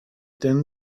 done